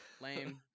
lame